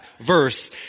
verse